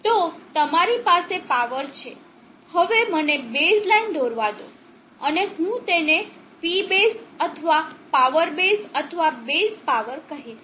તો તમારી પાસે પાવર છે હવે મને બેઝ લાઇન દોરવા દો અને હું તેને P બેઝ અથવા પાવર બેઝ અથવા બેઝ પાવર કહીશ